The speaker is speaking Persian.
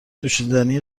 نوشیدنی